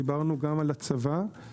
דיברנו גם על הצבא,